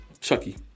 Chucky